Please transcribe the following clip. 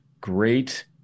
great